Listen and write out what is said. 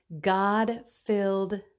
God-filled